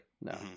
No